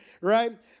right